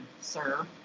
sir